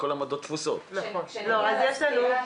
כל העמדות תפוסות וצריך להמתין בתור.